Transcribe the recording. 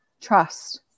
trust